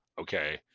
Okay